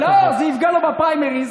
זה יפגע לו בפריימריז.